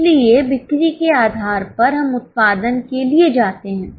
इसलिए बिक्री के आधार पर हम उत्पादन के लिए जाते हैं